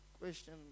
question